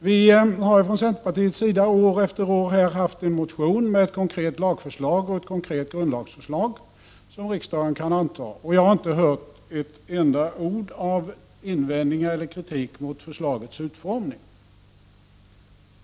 Vi har från centerpartiet år efter år haft en motion med ett konkret lagförslag, ett konkret grundlagsförslag, som riksdagen kan anta. Jag har inte hört ett enda ord av invändningar eller kritik mot förslagets utformning.